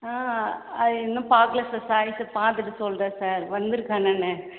அது இன்னும் பார்க்கல சார் சாரி சார் பார்த்துட்டு சொல்கிறேன் சார் வந்துருக்கா என்னென்னு